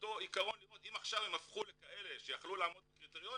אותו עקרון לראות אם עכשיו הם הפכו לכאלה שיכלו לעמוד בקריטריונים,